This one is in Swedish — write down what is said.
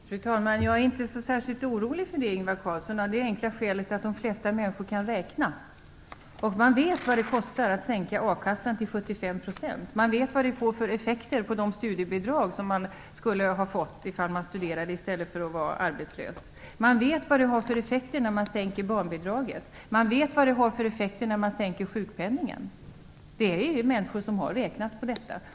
Fru talman! Jag är inte särskilt orolig för det, Ingvar Carlsson, av det enkla skälet att de flesta människor kan räkna. Man vet vad det kostar att sänka a-kassan till 75 %. Man vet vad det blir för effekter på det studiebidrag som man skulle ha fått om man hade studerat i stället för att vara arbetslös. Man vet vad det har för effekter när man sänker barnbidraget. Man vet vad det har för effekter att sänka sjukpenningen. Det finns människor som har räknat på detta.